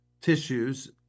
tissues